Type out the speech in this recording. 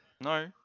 No